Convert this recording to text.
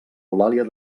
eulàlia